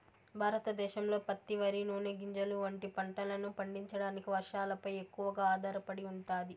భారతదేశంలో పత్తి, వరి, నూనె గింజలు వంటి పంటలను పండించడానికి వర్షాలపై ఎక్కువగా ఆధారపడి ఉంటాది